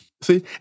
see